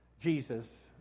Jesus